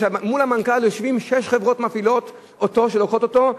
כי מול המנכ"ל יושבות שש חברות מפעילות שלוקחות אותו,